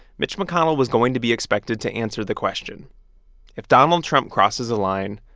mitch mcconnell was going to be expected to answer the question if donald trump crosses a line,